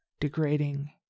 degrading